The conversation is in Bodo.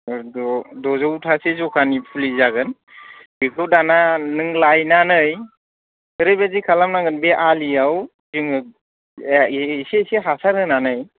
द' द'जौथासो जखानि फुलि जागोन बेखौ दाना नों लायनानै ओरैबायदि खालामनांगोन बे आलियाव जोङो एसे एसे हासार होनानै